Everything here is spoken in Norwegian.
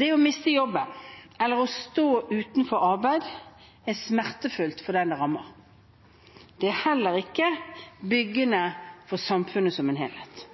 Det å miste jobben eller å stå uten arbeid er smertefullt for den det rammer. Det er heller ikke byggende for samfunnet som en helhet.